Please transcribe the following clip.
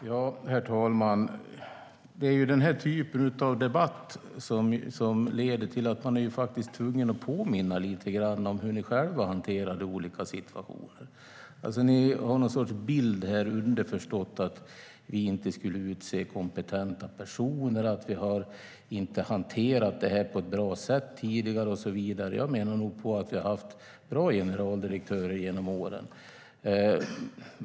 Herr talman! Det är den här typen av debatt som leder till att man är tvungen att påminna lite grann om hur ni i Alliansen själva hanterade olika situationer. Ni har någon sorts underförstådd bild av att vi inte skulle utse kompetenta personer, att vi inte hanterat det här på ett bra sätt tidigare och så vidare. Jag menar nog på att vi har haft bra generaldirektörer genom åren.